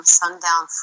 sundown